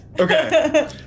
Okay